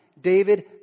David